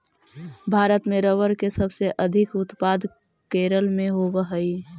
भारत में रबर के सबसे अधिक उत्पादन केरल में होवऽ हइ